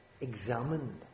examined